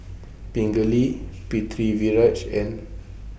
Pingali Pritiviraj and